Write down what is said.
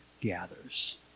gathers